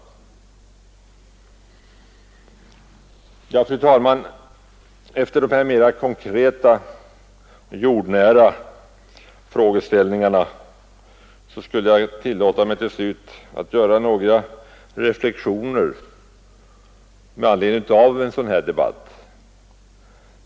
Fru talman! Efter de här mera konkreta och jordnära frågeställningarna skall jag till slut tillåta mig att göra några reflexioner med anledning av en sådan här debatt.